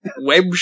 Web